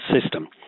system